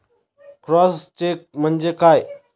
Cross check म्हणजे काय?